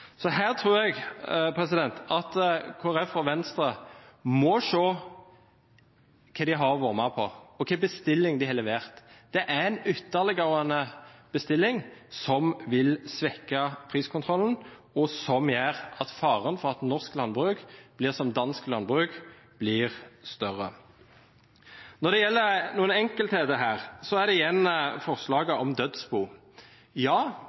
Så her tror jeg at Kristelig Folkeparti og Venstre må se hva de har vært med på, og hvilken bestilling de har levert. Det er en ytterliggående bestilling, som vil svekke priskontrollen, og som gjør at faren for at norsk landbruk blir som dansk landbruk, blir større. Så til noen